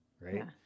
right